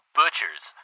butchers